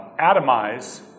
atomize